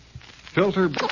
Filter